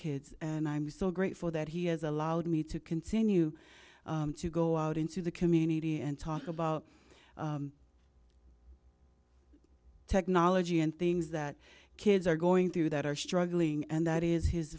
kids and i'm so grateful that he has allowed me to continue to go out into the community and talk about technology and things that kids are going through that are struggling and that is his